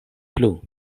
plu